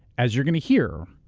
as you're going to hear,